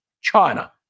China